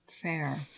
Fair